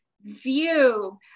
view